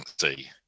see